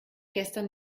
gestern